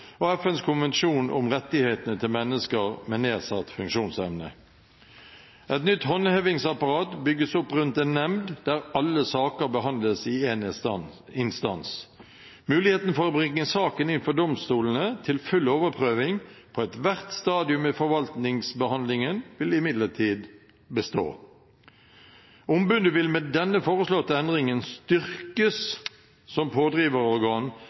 og FNs konvensjon om rettighetene til mennesker med nedsatt funksjonsevne. Et nytt håndhevingsapparat bygges opp rundt en nemnd der alle saker behandles i én instans. Muligheten for å bringe saken inn for domstolene til full overprøving på ethvert stadium i forvaltningsbehandlingen vil imidlertid bestå. Ombudet vil med den foreslåtte endringen styrkes som pådriverorgan